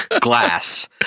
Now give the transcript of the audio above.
glass